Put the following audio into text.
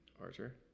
Archer